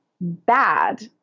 bad